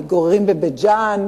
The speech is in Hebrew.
מתגוררים בבית-ג'ן,